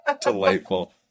Delightful